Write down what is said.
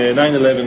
9-11